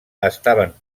estaven